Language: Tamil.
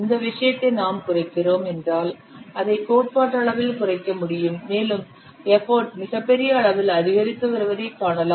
இந்த விஷயத்தை நாம் குறைக்கிறோம் என்றால் அதை கோட்பாட்டளவில் குறைக்க முடியும் மேலும் எஃபர்ட் மிகப்பெரிய அளவில் அதிகரித்து வருவதை காணலாம்